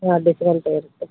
ಹಾಂ ಡಿಸ್ಕೌಂಟೂ ಇರುತ್ತೆ